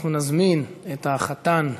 אנחנו נזמין את החתן,